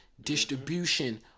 distribution